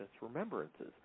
remembrances